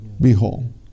Behold